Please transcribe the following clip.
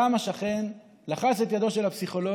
קם השכן, לחץ את ידו של הפסיכולוג